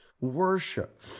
worship